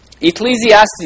Ecclesiastes